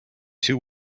two